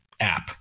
app